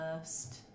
first